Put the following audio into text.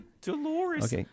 Dolores